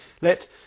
Let